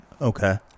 Okay